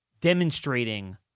demonstrating